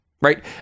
right